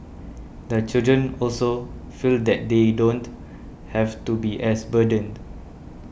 the children also feel that they don't have to be as burdened